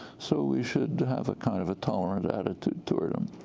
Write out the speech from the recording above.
so we should have a kind of a tolerant attitude toward him.